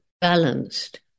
balanced